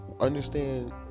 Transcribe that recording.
understand